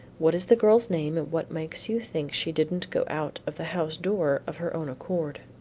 what is the girl's name and what makes you think she didn't go out of the house-door of her own accord?